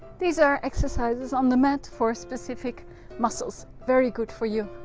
these are exercises on the mat for specific muscles, very good for you.